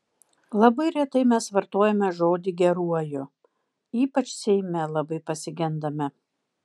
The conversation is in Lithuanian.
labai retai mes vartojame žodį geruoju ypač seime labai pasigendame